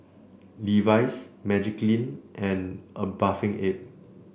Levi's Magiclean and A Bathing Ape